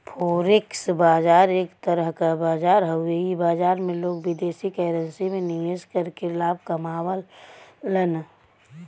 forex बाजार एक तरह क बाजार हउवे इ बाजार में लोग विदेशी करेंसी में निवेश करके लाभ कमावलन